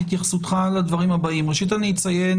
אני מבקש את התייחסותך לדברים הבאים: ראשית אני אציין,